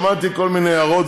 שמעתי כל מיני הערות,